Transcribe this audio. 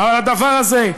אבל הדבר הזה,